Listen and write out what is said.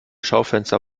schaufenster